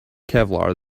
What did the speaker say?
kevlar